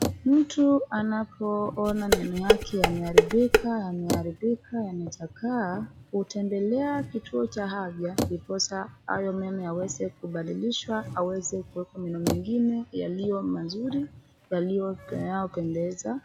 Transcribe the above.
mtu anapoona meno yake yameharibika, yamechakaa hutembelea kituo cha afya ndiposa hayo meno yaweze kubadilishwa aweze kuwekwa meno ingine yaliyo mazuri yaliyopendeza